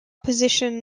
position